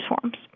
forms